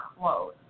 close